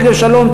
שגב-שלום,